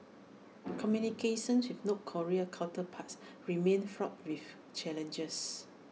communications with north Korean counterparts remain fraught with challenges